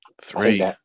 three